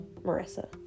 Marissa